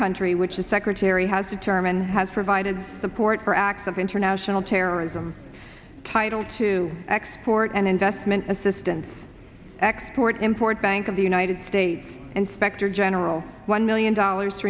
country which the secretary has determined has provided support for acts of international terrorism titled to export and investment assistance export import bank of the united states inspector general one million dollars